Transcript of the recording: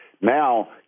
Now